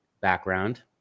background